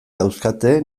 dauzkate